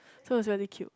so it's really cute